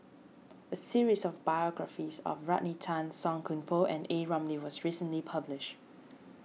a series of biographies about Rodney Tan Song Koon Poh and A Ramli was recently published